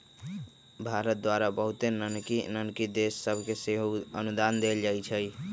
भारत द्वारा बहुते नन्हकि नन्हकि देश सभके सेहो अनुदान देल जाइ छइ